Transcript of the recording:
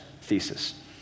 thesis